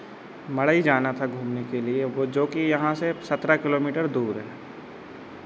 मढ़ई जाना था घूमने के लिए वो जोकि यहाँ से सत्रह किलोमीटर दूर है